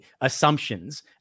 assumptions